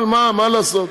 אבל מה לעשות?